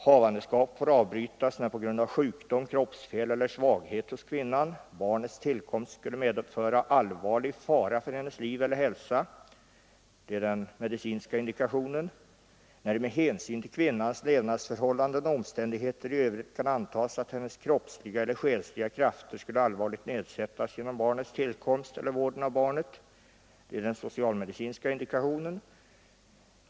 Havandeskap får avbrytas när på grund av sjukdom, kroppsfel eller svaghet hos kvinnan barnets tillkomst skulle medföra allvarlig fara för hennes liv eller hälsa — den medicinska indikationen. Det får vidare avbrytas när det med hänsyn till kvinnans levnadsförhållanden och omständigheterna i övrigt kan antas att hennes kroppsliga eller själsliga krafter skulle allvarligt nedsättas genom barnets tillkomst eller vården av barnet — den socialmedicinska indikationen.